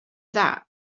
that